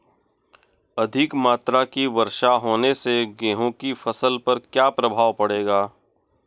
अधिक मात्रा की वर्षा होने से गेहूँ की फसल पर क्या प्रभाव पड़ेगा?